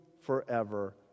forever